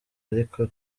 ariko